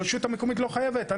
הרשות המקומית לא חייבת.